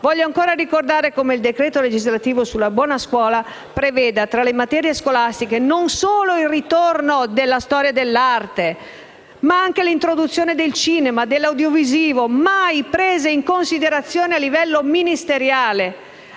Voglio anche ricordare come il decreto legislativo sulla buona scuola preveda tra le materie scolastiche non solo il ritorno della storia dell'arte, ma anche l'introduzione del cinema e dell'audiovisivo, mai prese in considerazione a livello ministeriale.